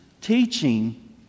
teaching